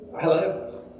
hello